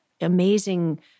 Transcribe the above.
amazing